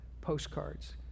postcards